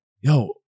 Yo